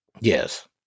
Yes